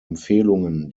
empfehlungen